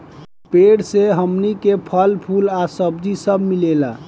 पेड़ से हमनी के फल, फूल आ सब्जी सब मिलेला